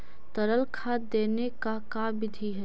तरल खाद देने के का बिधि है?